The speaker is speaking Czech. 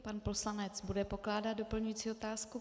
Pan poslanec bude pokládat doplňující otázku.